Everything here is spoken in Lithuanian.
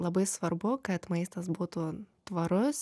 labai svarbu kad maistas būtų tvarus